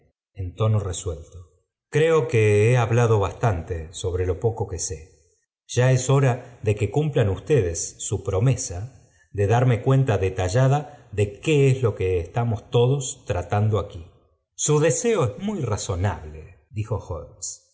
pasará á suelto creo que he hablado bastante sobre lo poco que sé ya es hora de que cumplan ustedes su promesa de darme cuenta detallada de qué es lo que estamos todos tratando aquí su deseo es muy razonable dijo